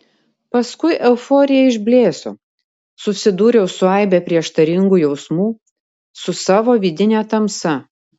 paskui euforija išblėso susidūriau su aibe prieštaringų jausmų su savo vidine tamsa